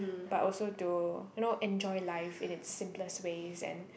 but also to you know enjoy life in its simplest ways and